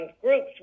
groups